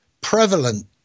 prevalent